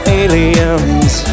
aliens